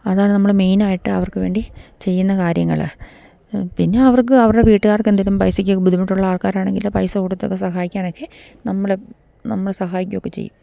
അതാണ് നമ്മള് മെയിനായിട്ട് അവർക്ക് വേണ്ടി ചെയ്യുന്ന കാര്യങ്ങള് പിന്നെ അവർക്ക് അവരുടെ വീട്ടുകാർക്കെന്തെങ്കിലും പൈസയ്ക്ക് ബുദ്ധിമുട്ടുള്ള ആൾക്കാരാണെങ്കില് പൈസ കൊടുത്തൊക്കെ സഹായിക്കാനൊക്കെ നമ്മള് സഹായിക്കുകയൊക്കെ ചെയ്യും